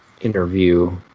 Interview